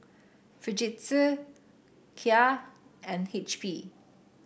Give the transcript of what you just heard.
Fujitsu Kia and H P